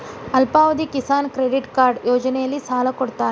ಅಲ್ಪಾವಧಿಯ Kisan credit card ಯೋಜನೆಯಲ್ಲಿಸಾಲ ಕೊಡತಾರ